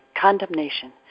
condemnation